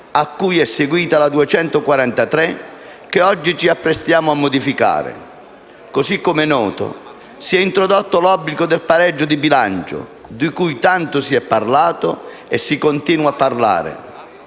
n. 243 del 2012, che oggi ci apprestiamo a modificare. Così - come è noto - si è introdotto l'obbligo del pareggio di bilancio, di cui tanto si è parlato e si continua a parlare.